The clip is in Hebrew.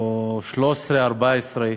או 2013 2014,